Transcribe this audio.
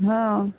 हा